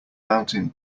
mountain